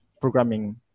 programming